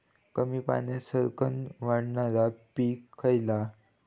कमी पाण्यात सरक्कन वाढणारा पीक खयला?